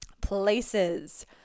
Places